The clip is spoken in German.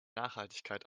nachhaltigkeit